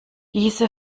diese